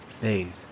bathe